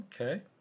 Okay